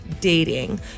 dating